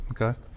Okay